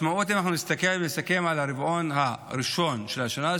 אם אנחנו מסתכלים על הרבעון הראשון של השנה,